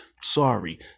Sorry